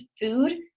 food